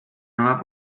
nueva